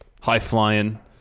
high-flying